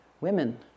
women